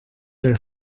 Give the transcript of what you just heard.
del